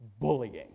Bullying